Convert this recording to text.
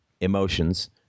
emotions –